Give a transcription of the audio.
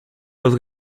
los